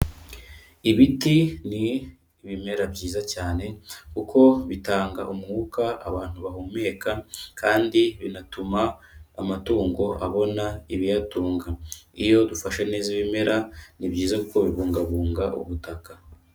Ibiti ni ibimera byiza cyane kuko bitanga umwuka abantu bahumeka kandi binatuma amatungo abona ibiyatunga. Iyo dufashe neza ibimera, ni byiza kuko bibungabunga ubutaka.